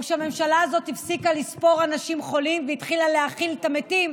או שהממשלה הזאת הפסיקה לספור אנשים חולים והתחילה להכיל את המתים,